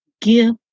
give